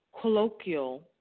colloquial